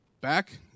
back